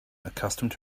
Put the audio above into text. accustomed